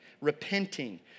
repenting